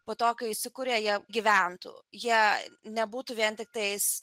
po to kai įsikuria jie gyventų jie nebūtų vien tiktais